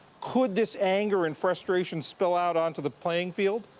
could this anger and frustration spill out onto the playing field?